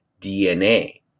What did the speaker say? DNA